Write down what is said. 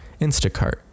Instacart